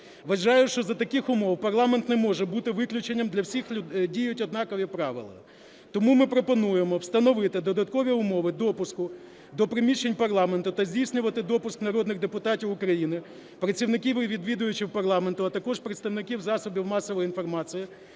Вважаю, що за таких умов парламент не може бути виключенням, для всіх діють однакові правила. Тому ми пропонуємо встановити додаткові умови допуску до приміщень парламенту та здійснювати допуск народних депутатів України, працівників і відвідувачів парламенту, а також представників засобів масової інформації